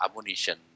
ammunition